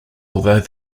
although